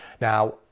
now